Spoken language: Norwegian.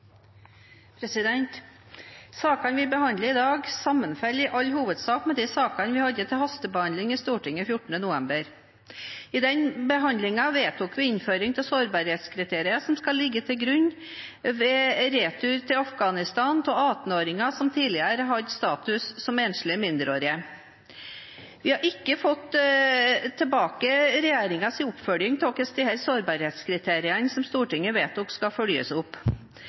Sakene vi behandler i dag, sammenfaller i all hovedsak med sakene vi hadde til hastebehandling i Stortinget 14. november. I den behandlingen vedtok vi innføring av sårbarhetskriterier som skal ligge til grunn ved retur til Afghanistan av 18-åringer som tidligere hadde status som enslige mindreårige. Vi har ikke fått tilbake regjeringens oppfølging av hvordan sårbarhetskriteriene som Stortinget vedtok, skal følges opp